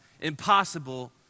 impossible